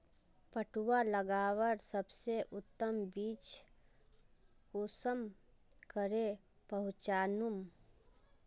पटुआ लगवार सबसे उत्तम बीज कुंसम करे पहचानूम?